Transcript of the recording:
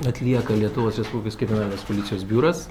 atlieka lietuvos respublikos kriminalinės policijos biuras